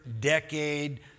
decade